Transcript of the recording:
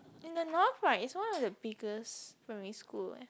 in the North right it's one of the biggest primary school